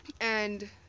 and-